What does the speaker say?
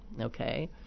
okay